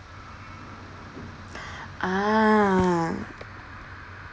ah